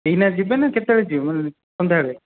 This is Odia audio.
ଏଇନା ଯିବେ ନା କେତେବେଳେ ଯିବେ ମାନେ ସନ୍ଧ୍ୟାବେଳେ